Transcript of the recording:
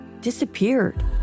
disappeared